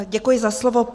Děkuji za slovo.